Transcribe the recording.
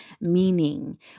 Meaning